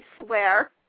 swear